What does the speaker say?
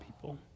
people